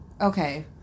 Okay